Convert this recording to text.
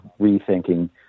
rethinking